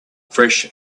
fresh